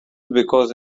because